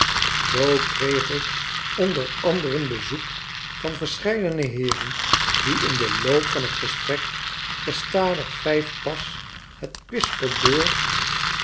zoo kreeg ik onder anderen bezoek van verscheidene heeren die in den loop van t gesprek gestadig vijf pas het kwispedoor